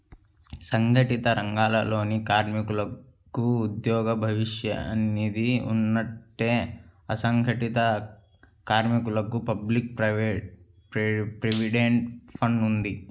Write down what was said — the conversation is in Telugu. సంఘటిత రంగాలలోని కార్మికులకు ఉద్యోగ భవిష్య నిధి ఉన్నట్టే, అసంఘటిత కార్మికులకు పబ్లిక్ ప్రావిడెంట్ ఫండ్ ఉంది